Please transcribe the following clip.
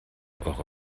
eure